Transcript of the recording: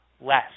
less